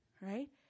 right